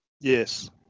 Yes